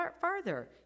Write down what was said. farther